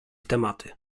tematy